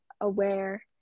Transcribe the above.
aware